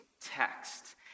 text